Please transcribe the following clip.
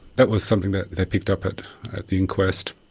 that was something that they picked up at at the inquest.